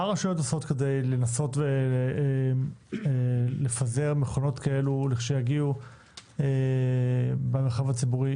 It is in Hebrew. מה הרשויות עושות כדי לנסות לפזר מכונות כאלה לכשיגיעו במרחב הציבורי,